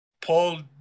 Paul